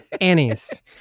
Annie's